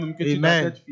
Amen